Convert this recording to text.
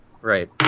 Right